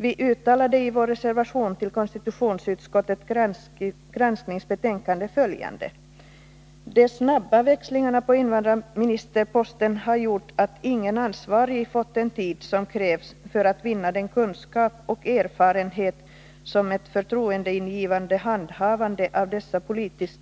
Vi uttalade i vår reservation till konstitutionsutskottets granskningsbetänkande följande: De snabba växlingarna på invandrarministerposten har gjort att ingen ansvarig fått den tid som krävs för att vinna den kunskap och erfarenhet som ett förtroendeingivande handhavande av dessa politiskt